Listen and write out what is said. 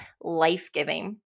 life-giving